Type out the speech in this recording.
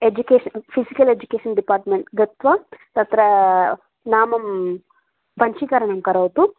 education physical education department गत्वा तत्रा नामं पञ्जीकरणं करोतु